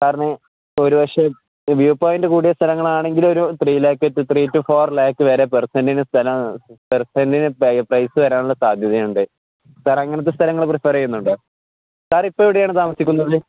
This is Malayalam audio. സറിന് ഒരു വർഷം വ്യൂ പോയിൻറ് കൂടിയ സ്ഥലങ്ങളാണെങ്കില ഒരു three lakh three two four lakh വരെ പെർസെൻറിന് സ്ഥലം പെർസെൻറിന് പ്രൈസ് വരാനുള്ള സാധ്യതയുണ്ട് സാർ അങ്ങനത്തെ സ്ഥലങ്ങള് പ്രിഫറെ ചെയ്യുന്നുണ്ട് സാർ ഇപ്പ എവിടെയാണ് താമസിക്കുന്നത്